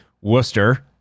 Worcester